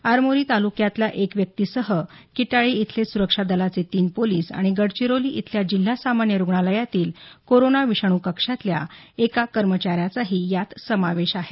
आरमोरी तालुक्यातल्या एका व्यक्तीसह किटाळी इथले सुरक्षा दलाचे तीन पोलिस आणि गडचिरोली इथल्या जिल्हा सामान्य रुग्णालयातील कोरोना विषाणू कक्षातल्या एका कर्मचाऱ्याचाही यात समावेश आहे